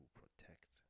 protect